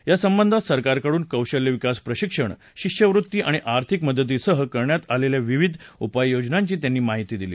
या संबधात सरकारकडून कौशल्यविकास प्रशिक्षण शिष्यवृत्ती आणि आर्थिक मदतीसह करण्यात आलेल्या विविध उपाययोजनाची त्यांनी माहिती दिली